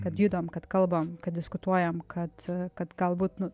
kad judam kalbam kad diskutuojam kad kad galbūt